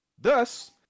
Thus